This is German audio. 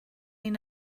ihn